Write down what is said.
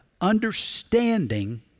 Understanding